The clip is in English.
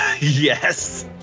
Yes